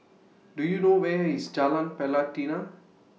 Do YOU know Where IS Jalan Pelatina